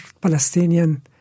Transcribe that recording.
Palestinian